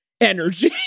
energy